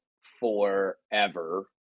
forever